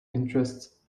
interests